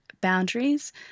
boundaries